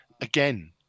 Again